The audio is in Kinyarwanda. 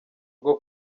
bwo